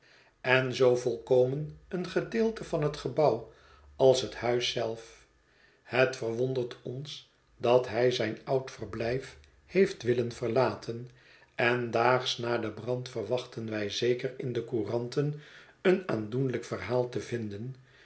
en zoo volkomen een gedeelte van het gebouw als het huis zelf het verwondert ons dat hij zijn oud verblijf heeft willen verlaten en daags na den brand verwachtten wij zeker in de couranten een aandoenlijk verhaal te vinden